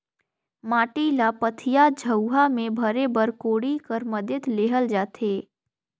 माटी ल पथिया, झउहा मे भरे बर कोड़ी कर मदेत लेहल जाथे